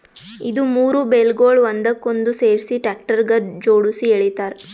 ಇದು ಮೂರು ಬೇಲ್ಗೊಳ್ ಒಂದಕ್ಕೊಂದು ಸೇರಿಸಿ ಟ್ರ್ಯಾಕ್ಟರ್ಗ ಜೋಡುಸಿ ಎಳಿತಾರ್